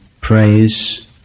praise